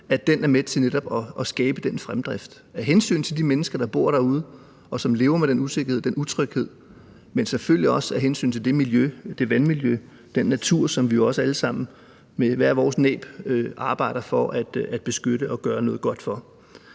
netop er med til at skabe den fremdrift af hensyn til de mennesker, der bor derude, og som lever med den usikkerhed og den utryghed, men selvfølgelig også af hensyn til det miljø, det vandmiljø og den natur, som vi jo også alle sammen med hvert vores næb arbejder for at beskytte og gøre noget godt for.